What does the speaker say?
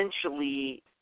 essentially